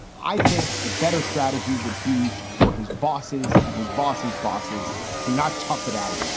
i think the better strategy would be for his bosses and his bosses bosses to not tough it out,